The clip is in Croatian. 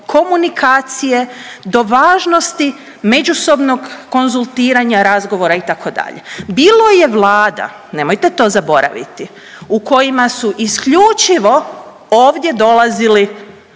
komunikacije, do važnosti međusobnog konzultiranja, razgovora itd. Bilo je Vlada, nemojte to zaboraviti u kojima su isključivo ovdje dolazili